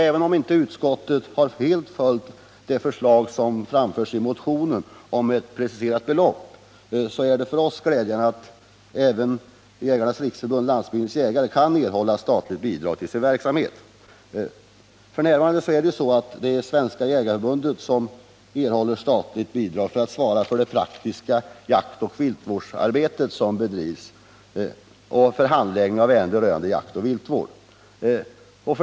Även om utskottet inte helt tillstyrkt motionsförslaget om ett preciserat belopp, är det för oss glädjande att också Jägarnas riksförbund-Landsbygdens jägare kan få ett statligt bidrag till sin verksamhet. F. n. är det Svenska jägareförbundet som erhåller ett statligt bidrag för det praktiska jaktoch viltvårdsarbetet och för handläggning av ärenden rörande jaktoch viltvård.